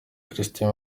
christian